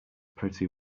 pretty